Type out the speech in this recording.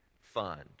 fund